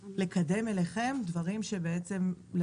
הנמלים,